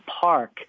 Park